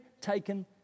taken